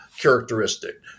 characteristic